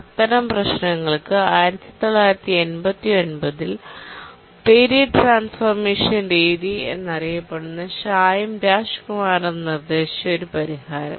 അത്തരം പ്രശ്നങ്ങൾക്ക് 1989 ൽ പീരിയഡ് ട്രാൻസ്ഫോർമേഷൻ രീതി എന്നറിയപ്പെടുന്ന ഷായും രാജ് കുമാറും നിർദ്ദേശിച്ച ഒരു പരിഹാരം